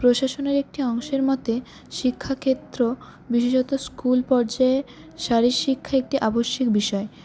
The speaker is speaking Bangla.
প্রশাসনের একটি অংশের মতে শিক্ষাক্ষেত্র বিশেষত স্কুল পর্যায়ে শারীরশিক্ষা একটি আবশ্যিক বিষয়